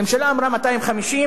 הממשלה אמרה: 250,